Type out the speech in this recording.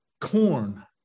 corn